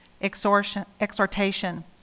Exhortation